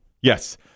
yes